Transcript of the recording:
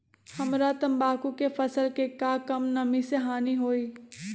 हमरा तंबाकू के फसल के का कम नमी से हानि होई?